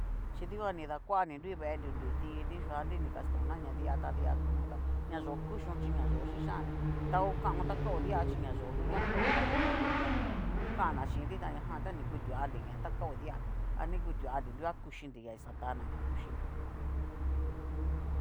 Chí dikuan ni dakua ani nru veenri nru dinrii, yuanri ni kastóna na di'a ta di'a kaon ta nayo'o kushíon xhi nayó kixannri ta hokaon ta kao di'a chí na yo'o u na kao ta nayó kutiaon kana xhinrii, tanajan ta ni kutuanri na ta kao dia a ni kutuanri nujuan kuxhínri xatana na kuxhínri u jum,